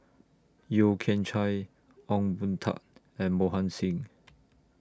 Yeo Kian Chye Ong Boon Tat and Mohan Singh